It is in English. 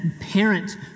parent